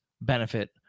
benefit